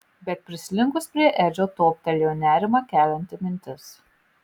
bet prislinkus prie edžio toptelėjo nerimą kelianti mintis